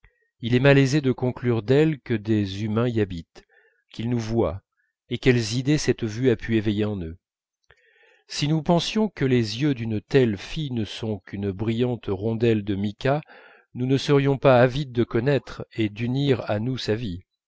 il est malaisé de conclure d'elles que des humains y habitent qu'ils nous voient et quelles idées cette vue a pu éveiller en eux si nous pensions que les yeux d'une telle fille ne sont qu'une brillante rondelle de mica nous ne serions pas avides de connaître et d'unir à nous sa vie